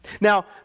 now